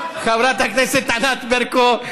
חברת הכנסת ענת ברקו,